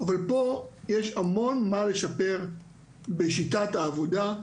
אבל פה יש המון מה לשפר בשיטת העבודה,